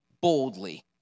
boldly